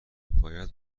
باید